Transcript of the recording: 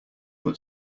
but